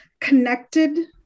connected